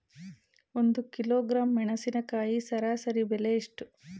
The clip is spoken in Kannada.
ಒಂದು ಕಿಲೋಗ್ರಾಂ ಮೆಣಸಿನಕಾಯಿ ಸರಾಸರಿ ಬೆಲೆ ಎಷ್ಟು?